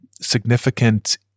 significant